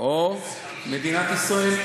או מדינת ישראל?